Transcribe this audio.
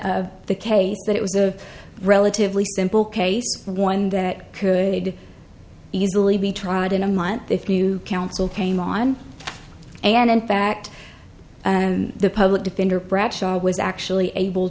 of the case that it was a relatively simple case one that could aid easily be tried in a month if new counsel came on and in fact and the public defender bradshaw was actually able